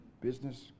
business